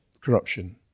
corruption